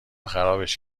خرابش